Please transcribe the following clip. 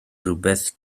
rywbeth